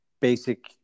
basic